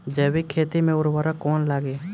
जैविक खेती मे उर्वरक कौन लागी?